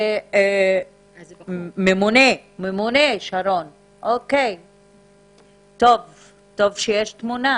שרון, אני מבקשת להבין,